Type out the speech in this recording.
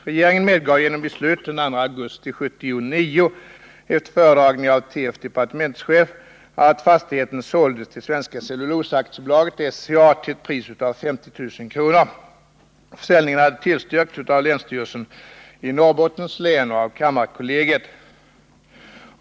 Regeringen medgav genom beslut den 2 augusti 1979, efter föredragning av t. f. departementschefen, att fastigheten såldes till Svenska Cellulosa Aktiebolaget SCA till ett pris av 50 000 kr. Försäljningen hade tillstyrkts av länsstyrelsen i Norrbottens län och kammarkollegiet.